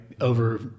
over